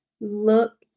look